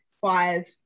five